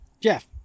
Jeff